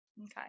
Okay